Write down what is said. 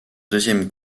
deuxième